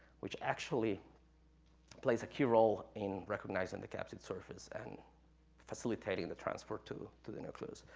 which actually plays a key role in recognizing the capsid surface and facilitating the transport to to the nucleus.